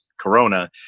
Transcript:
Corona